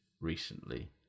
recently